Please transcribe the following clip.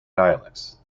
dialects